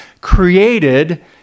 created